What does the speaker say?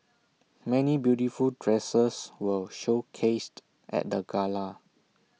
many beautiful dresses were showcased at the gala